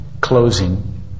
closing